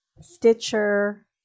Stitcher